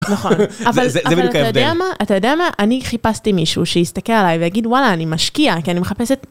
נכון. אבל אתה יודע מה? אני חיפשתי מישהו שיסתכל עליי ויגיד, וואלה, אני משקיע כי אני מחפשת...